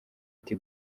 ati